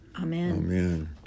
Amen